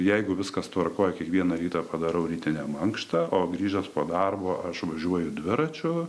jeigu viskas tvarkoj kiekvieną rytą padarau rytinę mankštą o grįžęs po darbo aš važiuoju dviračiu